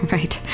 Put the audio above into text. Right